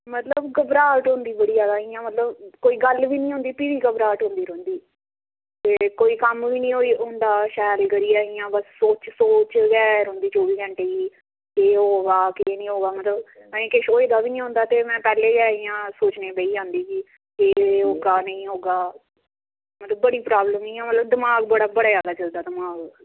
मतलब घबराह्ट होंदी बड़ी जादा इंया मतलब कोई गल्ल बी निं होंदी भी बी घबराहट होंदी रौहंदी ते कोई कम्म बी निं होंदा शैल करियै इंया बस सोच गै रौहंदी चौबी घैंटे एह् की निं होआ बंद ते एहीं किश होये दा बी निं होंदा ते में पैह्लें गै इंया सोचने गी बेही जंदी की होगा नेईं होगा ते बड़ी प्रॉब्लम ते मतलब बड़ा जादा चलदा दमाग